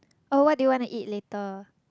oh what do you want to eat later